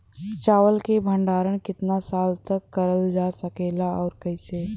चावल क भण्डारण कितना साल तक करल जा सकेला और कइसे?